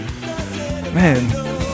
Man